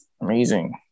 Amazing